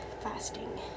fasting